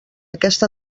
aquesta